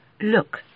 look